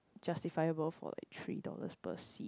justifiable for like three dollars per seed